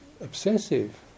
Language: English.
obsessive